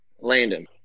Landon